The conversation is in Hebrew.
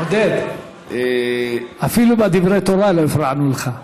עודד, אפילו בדברי תורה לא הפרענו לך.